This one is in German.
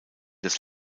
des